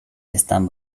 están